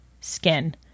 skin